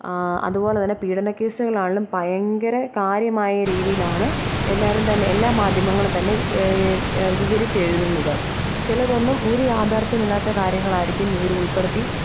അതുപോലെ തന്നെ പീഡന കേസുകളാണെങ്കിലും ഭയങ്കര കാര്യമായ രീതിയിലാണ് എല്ലാരും തന്നെ എല്ലാ മാധ്യമങ്ങളും തന്നെ വിവരിച്ചു എഴുതുന്നത് ചിലതൊന്നും ഒരു യാഥാര്ത്ഥ്യവുമില്ലാത്ത കാര്യങ്ങളായിരിക്കും ഇവർ ഉള്പ്പെടുത്തി